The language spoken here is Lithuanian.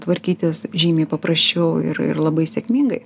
tvarkytis žymiai paprasčiau ir ir labai sėkmingai